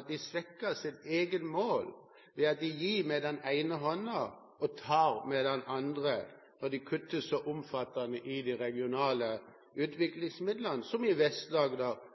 at de svekker sitt eget mål ved at de gir med den ene hånden og tar med den andre når de kutter så omfattende i de regionale utviklingsmidlene, som i